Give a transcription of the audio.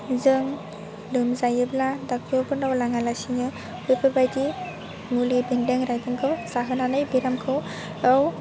जों लोमजायोब्ला डाक्टरफोरनाव लाङा लासिनो बेफोरबायदि मुलि बेन्दों रायदोंखौ जाहोनानै बेरामखौ